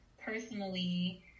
personally